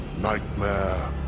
nightmare